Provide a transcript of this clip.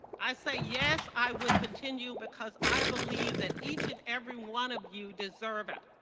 i say yes i would continue because i believe that each and every one of you deserve it.